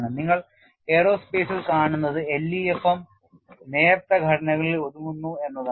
നിങ്ങൾ എയ്റോസ്പെയ്സിൽ കാണുന്നത് LEFM നേർത്ത ഘടനകളിൽ ഒതുങ്ങുന്നു എന്നാണ്